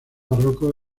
barroco